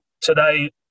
today